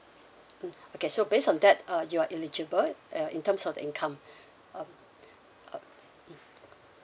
mm okay so based on that uh you are eligible uh in terms of the income um um